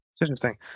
interesting